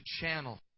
channel